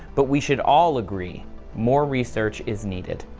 but we should all agree more research is needed.